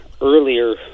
earlier